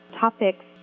topics